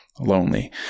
lonely